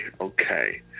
okay